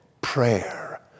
prayer